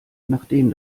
nachdem